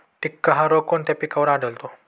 टिक्का हा रोग कोणत्या पिकावर आढळतो?